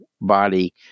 body